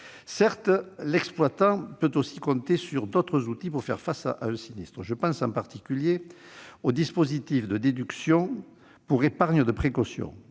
Certes, l'exploitant peut aussi compter sur d'autres outils pour faire face à un sinistre. Je pense en particulier au dispositif de déduction pour épargne de précaution.